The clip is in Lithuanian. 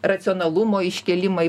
racionalumo iškėlimą